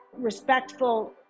respectful